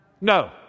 No